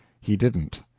he didn't,